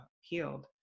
healed